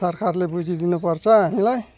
सरकारले बुझिदिनुपर्छ हामीलाई